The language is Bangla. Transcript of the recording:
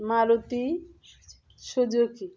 মারুতি সুজুকি